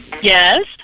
Yes